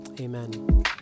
Amen